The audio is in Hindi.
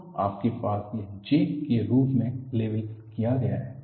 तो आपके पास यह J के रूप में लेबल किया गया है